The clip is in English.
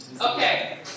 Okay